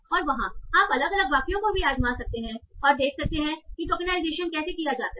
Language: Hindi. और वहां आप अलग अलग वाक्यों को भी आज़मा सकते हैं और देख सकते हैं कि टोकनआईजेशन कैसे किया जाता है